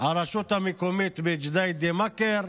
הרשות המקומית בג'דיידה-מכר.